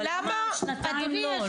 אבל למה שנתיים לא?